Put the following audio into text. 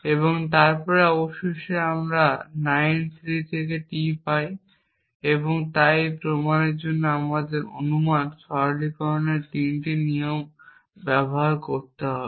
এবং তারপর অবশেষে আমরা 9 3 থেকে T পাই এবং তাই এই প্রমাণের জন্য আমাদের অনুমান সরলীকরণের 3টি নিয়ম ব্যবহার করতে হবে